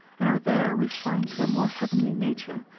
and are there refined to a more heavenly nature,